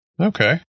Okay